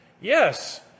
Yes